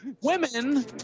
Women